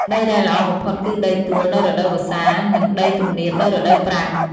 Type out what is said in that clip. ដីដែលល្អបំផុតគឺដីទួលនៅរដូវវស្សា និងដីទំនាបនៅរដូវប្រាំង។